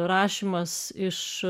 rašymas iš